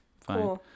fine